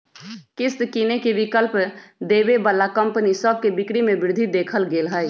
किस्त किनेके विकल्प देबऐ बला कंपनि सभ के बिक्री में वृद्धि देखल गेल हइ